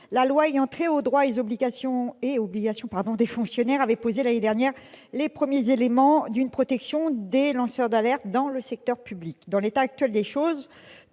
à la déontologie et aux droits et obligations des fonctionnaires a posé, l'année dernière, les premiers éléments d'une protection des lanceurs d'alerte dans le secteur public. En l'état actuel des choses,